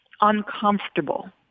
uncomfortable